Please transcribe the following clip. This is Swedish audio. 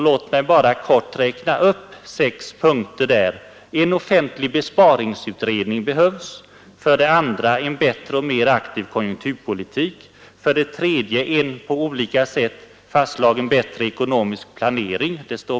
Låt mig bara kort räkna upp sex punkter som där krävs och är redovisade i detalj: 2. En bättre och mer aktiv konjunkturpolitik. 3. En på flera sätt angiven bättre ekonomisk planering. 4.